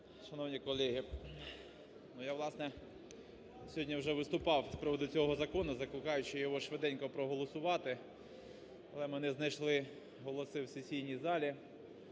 Шановні колеги! Я, власне, сьогодні вже виступав з приводу цього закону, закликаючи його швиденько проголосувати, але ми не знайшли голоси в сесійній залі.